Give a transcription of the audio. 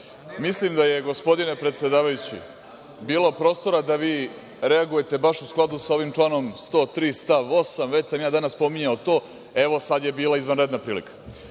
Mislim da je, gospodine predsedavajući, bilo prostora da vi reagujete baš u skladu sa ovim članom 103. stav 8, već sam ja danas spominjao to, evo, sada je bila izvanredna prilika.